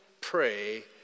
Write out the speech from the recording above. pray